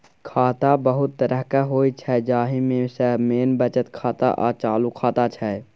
खाता बहुत तरहक होइ छै जाहि मे सँ मेन बचत खाता आ चालू खाता छै